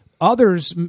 others